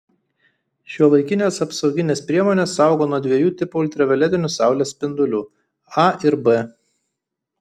šiuolaikinės apsauginės priemonės saugo nuo dviejų tipų ultravioletinių saulės spindulių a ir b